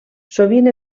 sovint